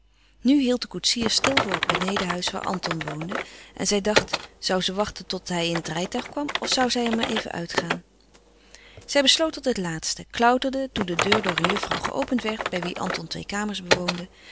nu hield de koetsier stil voor het benedenhuis waar anton woonde en zij dacht zoû ze wachten tot hij in het rijtuig kwam of zoû zij er maar even uitgaan zij besloot tot het laatste klauterde toen de deur door een juffrouw geopend werd bij wie anton twee kamers bewoonde